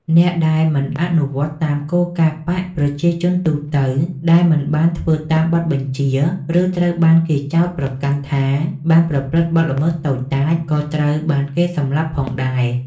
អ្នកដែលមិនអនុវត្តតាមគោលការណ៍បក្ស ប្រជាជនទូទៅដែលមិនបានធ្វើតាមបទបញ្ជា ឬត្រូវបានគេចោទប្រកាន់ថាបានប្រព្រឹត្តបទល្មើសតូចតាច ក៏ត្រូវបានគេសម្លាប់ផងដែរ។